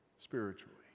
spiritually